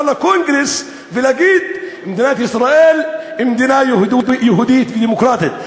לחזור לקונגרס ולהגיד: מדינת ישראל היא מדינה יהודית ודמוקרטית.